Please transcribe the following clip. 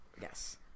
Yes